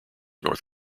north